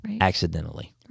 accidentally